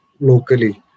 locally